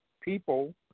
people